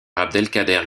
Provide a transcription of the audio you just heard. abdelkader